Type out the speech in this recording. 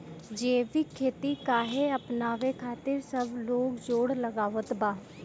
जैविक खेती काहे अपनावे खातिर सब लोग जोड़ लगावत बा?